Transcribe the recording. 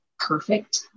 perfect